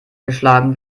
geschlagen